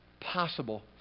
possible